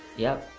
yup.